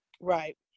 right